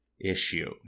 issue